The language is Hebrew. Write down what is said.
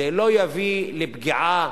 זה לא יביא לפגיעה